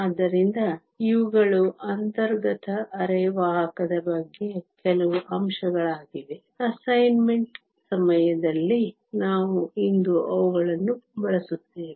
ಆದ್ದರಿಂದ ಇವುಗಳು ಅಂತರ್ಗತ ಅರೆವಾಹಕದ ಬಗ್ಗೆ ಕೆಲವು ಅಂಶಗಳಾಗಿವೆ ಅಸೈನ್ಮೆಂಟ್ ಸಮಯದಲ್ಲಿ ನಾವು ಇಂದು ಅವುಗಳನ್ನು ಬಳಸುತ್ತೇವೆ